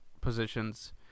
positions